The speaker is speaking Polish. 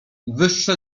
wyższe